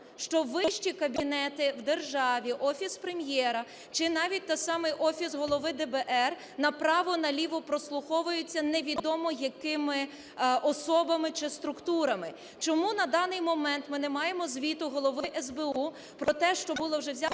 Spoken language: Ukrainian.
що вищі кабінети в державі, Офіс Прем’єра чи навіть той самий Офіс голови ДБР, направо і наліво прослуховується невідомо якими особами чи структурами? Чому на даний момент ми не маємо звіту Голови СБУ про те, що була вже взята